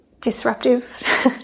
disruptive